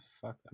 fuck